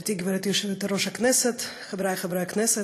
גברתי, גברתי יושבת-ראש הישיבה, חברי חברי הכנסת,